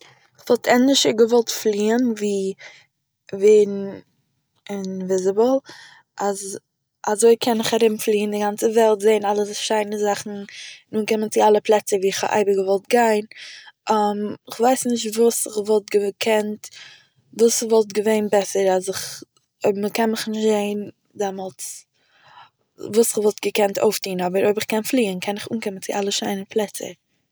כ'וואלט ענדערשער געוואלט פליען ווי ווען אינוויזיבל אז אזוי קען איך ארומפליען די גאנצע וועלט זעהן אלע שיינע זאכן און אנקומען צו אלע פלעצער וואו איך האב אייביג געוואלט גיין, איך ווייס נישט וואס איך וואלט געקענט- וואס וואלט געווען בעסער אז איך- אויב מ'קען מיך נישט זעהן דאמאלטס, וואס איך וואלט געקענט אויפטוהן, אבער אויב איך קען פליען קען איך אנקומען צו אלע שיינע פלעצער